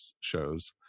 shows